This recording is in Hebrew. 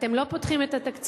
אתם לא פותחים את התקציב,